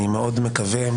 אני מקווה מאוד,